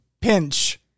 pinch